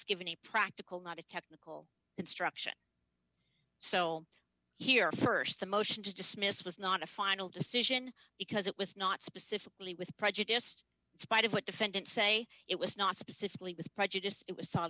given a practical not a technical instruction so here st the motion to dismiss was not a final decision because it was not specifically with prejudiced spite of what defendant say it was not specifically with prejudice it was